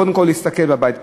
קודם כול להסתכל בבית פנימה.